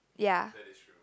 ya